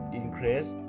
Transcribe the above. increase